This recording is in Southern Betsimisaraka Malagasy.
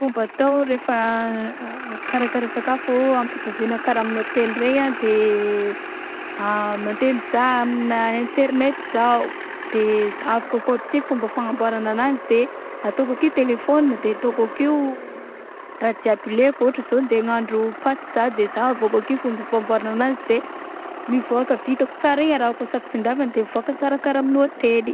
Fomba atao rehefa karakara sakafo ampitovigna atao karaha amign'ny hôtely regny a de a mandeha mizaha amin'ny internety zaho de zahaviko akao aby sy fomba fagnamboarana anazy de ataoko ake telephone de ataoko akeo raha jiaby ilaiko ôhatra zao andeha agnandro paty za de zahavao akeo foagnamba famboaragna ananzy de mivaoka vitako tsara igny arahako asaka sy andavagny de mivaoka tsara karaha amin'ny hôtely.